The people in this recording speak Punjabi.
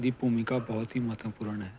ਦੀ ਭੂਮਿਕਾ ਬਹੁਤ ਹੀ ਮਹੱਤਪੂਰਨ ਹੈ